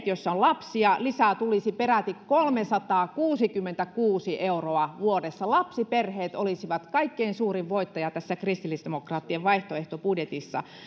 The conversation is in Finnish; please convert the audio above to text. joissa on lapsia lisää tulisi peräti kolmesataakuusikymmentäkuusi euroa vuodessa lapsiperheet olisivat kaikkein suurin voittaja tässä kristillisdemokraattien vaihtoehtobudjetissa